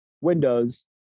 Windows